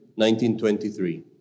1923